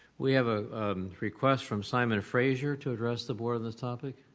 we have a request from simon fraser to address the board on this topic.